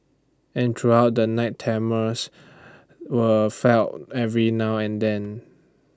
and throughout the night tremors were felt every now and then